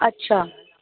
अच्छा